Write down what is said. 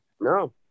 No